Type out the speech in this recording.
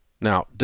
Now